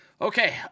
okay